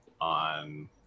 on